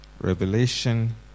Revelation